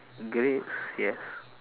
grapes yes